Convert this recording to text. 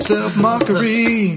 Self-mockery